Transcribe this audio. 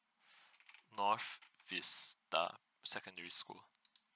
north vista secondary school